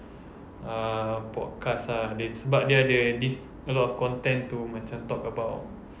uh podcast ah dia sebab dia ada this a lot of content to macam talk about